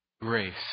grace